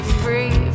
free